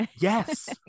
Yes